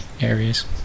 areas